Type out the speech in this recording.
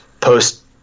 post